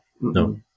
no